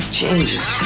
changes